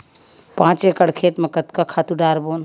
पांच एकड़ खेत म कतका खातु डारबोन?